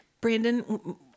Brandon